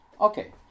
Okay